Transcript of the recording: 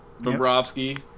Bobrovsky